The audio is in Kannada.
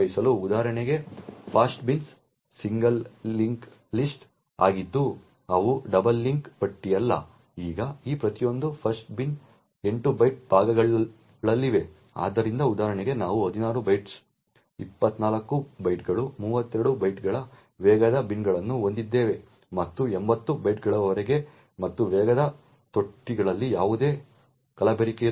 ಉದಾಹರಣೆಗೆ ಫಾಸ್ಟ್ ಬಿನ್ಗಳು ಸಿಂಗಲ್ ಲಿಂಕ್ ಲಿಸ್ಟ್ ಆಗಿದ್ದು ಅವು ಡಬಲ್ ಲಿಂಕ್ ಪಟ್ಟಿ ಅಲ್ಲ ಈಗ ಈ ಪ್ರತಿಯೊಂದು ಫಾಸ್ಟ್ ಬಿನ್ಗಳು 8 ಬೈಟ್ ಭಾಗಗಳಲ್ಲಿವೆ ಆದ್ದರಿಂದ ಉದಾಹರಣೆಗೆ ನಾವು 16 ಬೈಟ್ಗಳು 24 ಬೈಟ್ಗಳು 32 ಬೈಟ್ಗಳ ವೇಗದ ಬಿನ್ಗಳನ್ನು ಹೊಂದಿದ್ದೇವೆ ಮತ್ತು 80 ಬೈಟ್ಗಳವರೆಗೆ ಮತ್ತು ವೇಗದ ತೊಟ್ಟಿಗಳಲ್ಲಿ ಯಾವುದೇ ಕಲಬೆರಕೆ ಇರುವುದಿಲ್ಲ